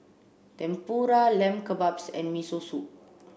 Tempura Lamb Kebabs and Miso Soup